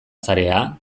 zarea